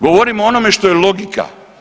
Govorim o onome što je logika.